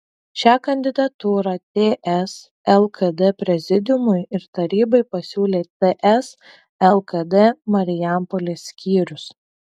šią kandidatūrą ts lkd prezidiumui ir tarybai pasiūlė ts lkd marijampolės skyrius